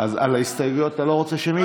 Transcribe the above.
אז על ההסתייגויות אתה לא רוצה שמית?